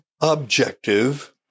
objective